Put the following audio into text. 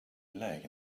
leg